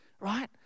right